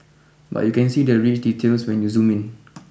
but you can see the rich details when you zoom in